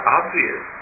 obvious